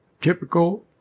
Typical